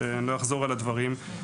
שלא אחזור על הדברים.